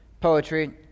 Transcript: poetry